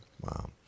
Wow